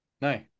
No